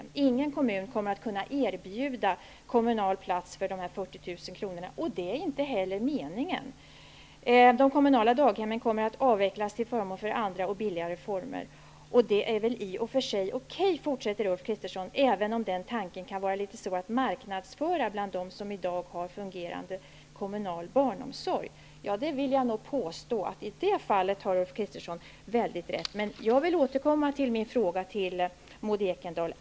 Vidare skriver han: ''Ingen kommun kommer att kunna erbjuda kommunal plats för dessa 40 000 kronor, och det är inte heller meningen. De kommunala daghemmen kommer att avvecklas till förmån för andra och billigare former. Detta är väl i och för sig okej, även om den tanken kan vara litet svår att marknadsföra bland dem som i dag har fungerande kommunal barnomsorg.'' Jag vill nog påstå att Ulf Kristersson i det fallet har alldeles rätt. Jag vill emellertid upprepa min fråga till Maud Ekendahl.